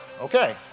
Okay